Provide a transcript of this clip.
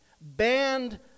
banned